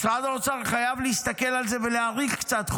משרד האוצר חייב להסתכל על זה ולהאריך קצת,